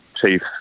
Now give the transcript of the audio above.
Chief